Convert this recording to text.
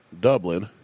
Dublin